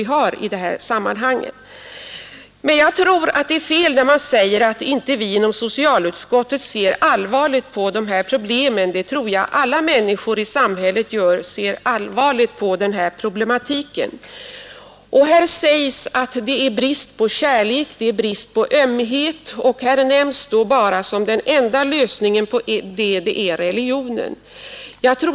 Men jag tror det är fel då man säger att inte vi inom socialutskottet ser allvarligt på de här problemen. Det tror jag att alla människor i samhället gör. Det har framhållits att det råder brist på kärlek och ömhet, och sedan säger man här att den enda lösningen på det är religionen.